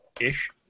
ish